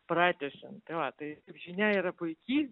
pratęsiant tai va tai žinia yra puiki